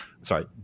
Sorry